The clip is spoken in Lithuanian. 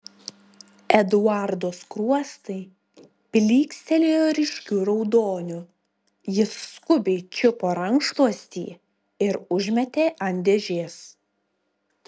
eduardo skruostai plykstelėjo ryškiu raudoniu jis skubiai čiupo rankšluostį ir užmetė ant dėžės